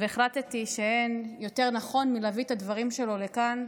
והחלטתי שאין יותר נכון מלהביא את הדברים שלו לכאן.